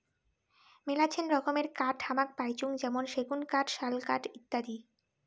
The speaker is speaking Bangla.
মেলাছেন রকমের কাঠ হামাক পাইচুঙ যেমন সেগুন কাঠ, শাল কাঠ ইত্যাদি